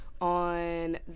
on